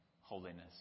holiness